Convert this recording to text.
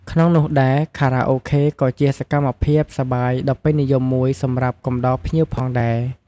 ក្នុងនោះដែរ ខារ៉ាអូខេក៏ជាសកម្មភាពសប្បាយដ៏ពេញនិយមមួយសម្រាប់កំដរភ្ញៀវផងដែរ។